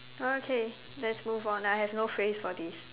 okay let's move on I have no phrase for this